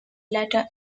later